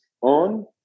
on